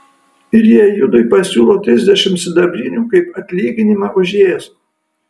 ir jie judui pasiūlo trisdešimt sidabrinių kaip atlyginimą už jėzų